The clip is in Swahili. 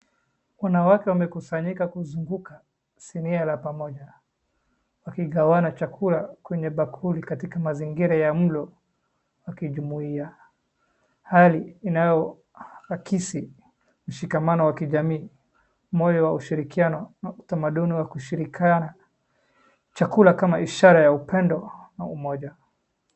Kuna wake wamekusanyika kuzunguka sinia la pamoja wakigawana chakula kwenye bakuli katika mazingira ya mlo wa kijumuiya. Hali inayoakisi mshikamano wa kijamii, moyo wa ushirikiano, na utamaduni wa kushirikiana chakula kama ishara ya upendo na umoja.